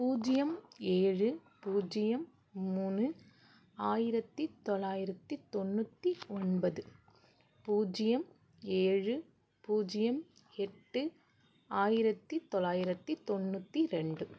பூஜ்ஜியம் ஏழு பூஜியம் மூணு ஆயிரத்தி தொள்ளாயிரத்தி தொண்ணூற்றி ஒன்பது பூஜ்ஜியம் ஏழு பூஜ்ஜியம் எட்டு ஆயிரத்தி தொள்ளாயிரத்தி தொண்ணூற்றி ரெண்டு